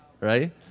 right